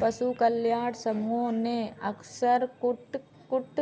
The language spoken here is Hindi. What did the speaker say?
पशु कल्याण समूहों ने अक्सर कुक्कुट